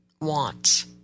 wants